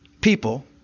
people